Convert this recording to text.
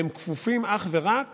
והם כפופים אך ורק